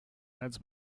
heads